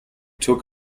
took